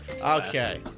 Okay